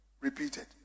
repeated